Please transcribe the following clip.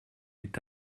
est